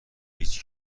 هیچ